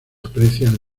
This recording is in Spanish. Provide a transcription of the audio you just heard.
aprecian